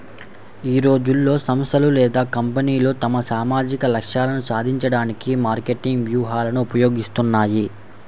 ఈ రోజుల్లో, సంస్థలు లేదా కంపెనీలు తమ సామాజిక లక్ష్యాలను సాధించడానికి మార్కెటింగ్ వ్యూహాలను ఉపయోగిస్తాయి